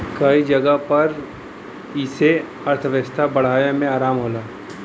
कई जगह पर ई से अर्थव्यवस्था बढ़ाए मे आराम होला